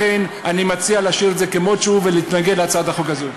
לכן אני מציע להשאיר את זה כמות שהוא ולהתנגד להצעת החוק הזאת.